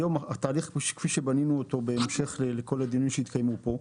התהליך כפי שבנינו אותו בהמשך לכל הדיונים שהתקיימו פה,